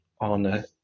on